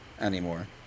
anymore